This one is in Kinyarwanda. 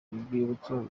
rwibutso